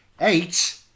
Eight